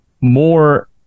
more